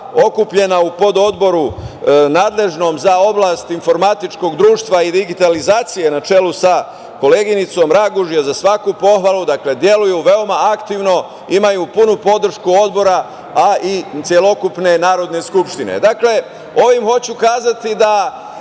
okupljena u pododboru nadležnom za oblast informatičkog društva i digitalizacije na čelu sa koleginicom Raguš je za svaku pohvalu. Dakle, deluju veoma aktivno, imaju punu podršku Odbora, a i celokupne Narodne skupštine. Ovim hoću kazati da